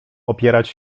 opierać